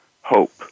hope